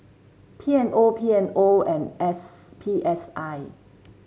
P M O P M O and S P S I